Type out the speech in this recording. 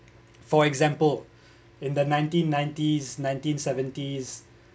for example in the nineteen nineties nineteen seventies